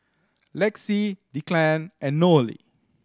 Lexie Declan and Nohely